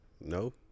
No